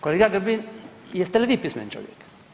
Kolega Grbin, jeste li vi pismen čovjek?